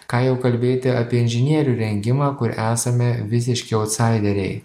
ką jau kalbėti apie inžinierių rengimą kur esame visiški autsaideriai